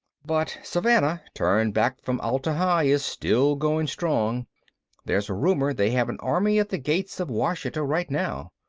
but savannah, turned back from atla-hi, is still going strong there's a rumor they have an army at the gates of ouachita right now.